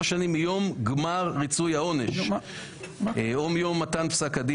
שנים מיום גמר ריצוי העונש (או מיום מתן פסק-הדין),